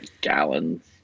Gallons